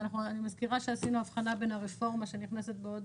אני מזכירה שעשינו הבחנה בין הרפורמה שנכנסת בעוד